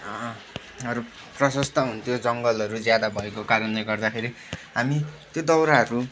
हरू प्रसस्त हुन्थ्यो जङ्गलहरू ज्यादा भएको कारणले गर्दाखेरि हामी त्यो दाउराहरू